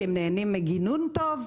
כי הם נהנים מגינון טוב.